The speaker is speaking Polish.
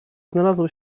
znalazło